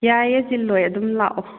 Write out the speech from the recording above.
ꯌꯥꯏꯌꯦ ꯆꯤꯜꯂꯣꯏ ꯑꯗꯨꯝ ꯂꯥꯛꯑꯣ